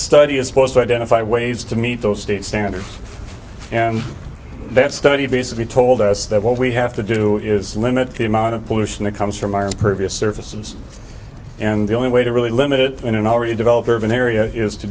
study is supposed to identify ways to meet those state standards and that study basically told us that what we have to do is limit the amount of pollution that comes from our impervious surfaces and the only way to really limited in an already developed urban area is to